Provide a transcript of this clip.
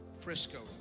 Frisco